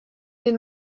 den